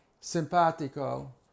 simpatico